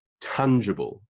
tangible